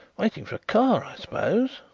waiting for a car, i suppose.